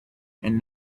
and